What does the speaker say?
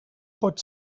pot